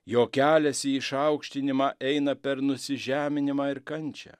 jo kelias į išaukštinimą eina per nusižeminimą ir kančią